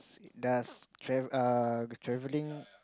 does travel uh travelling